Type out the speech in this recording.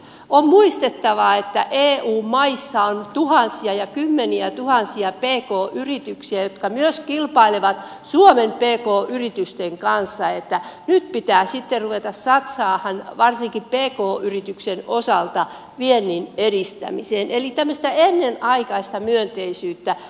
on muistettava että eu maissa on tuhansia ja kymmeniätuhansia pk yrityksiä jotka myös kilpailevat suomen pk yritysten kanssa niin että nyt pitää sitten ruveta satsaamaan varsinkin pk yritysten osalta viennin edistämiseen eli tämmöistä ennenaikaista myönteisyyttä